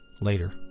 Later